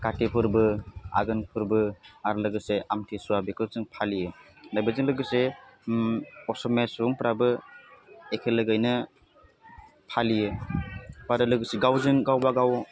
काति फोरबो आघोन फोरबो आरो लोगोसे आम्थि सुवा बेखौ जों फालियो बेफोरजों लोगोसे असमिया सुबुंफ्राबो एखे लोगोयैनो फालियो आरो लोगोसे गावजों गावबागाव